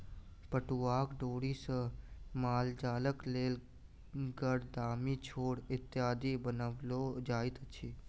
पटुआक डोरी सॅ मालजालक लेल गरदामी, छोड़ इत्यादि बनाओल जाइत अछि